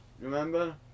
remember